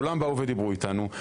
כולם באו ודיברו אתנו.